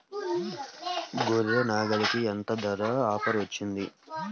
గొర్రె, నాగలికి ఎంత ధర ఆఫర్ ఉంది?